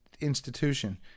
institution